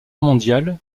mondial